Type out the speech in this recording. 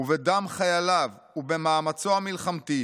ובדם חייליו ובמאמצו המלחמתי